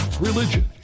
religion